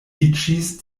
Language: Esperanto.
iĝis